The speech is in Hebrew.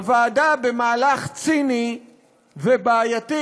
הוועדה, במהלך ציני ובעייתי,